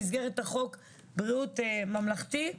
במסגרת חוק בריאות ממלכתי,